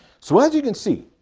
so as you can see,